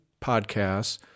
podcasts